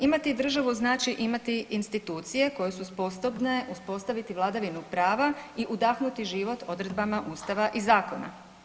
Imati državu znači imati institucije koje su sposobne uspostaviti vladavinu prava i udahnuti život odredbama Ustava i zakona.